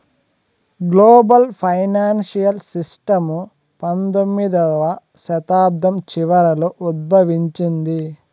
global financial system పంతొమ్మిదవ శతాబ్దం చివరలో ఉద్భవించింది